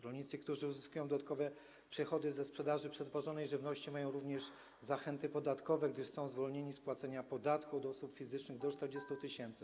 Rolnicy, którzy uzyskują dodatkowe przychody ze sprzedaży przetworzonej żywności, mają również zachęty podatkowe, gdyż są zwolnieni z płacenia podatku od osób fizycznych przy przychodach do 40 tys.